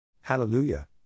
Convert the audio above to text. Hallelujah